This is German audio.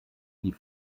die